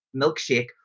Milkshake